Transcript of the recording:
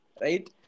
right